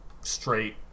straight